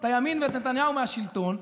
את הימין ואת נתניהו מהשלטון.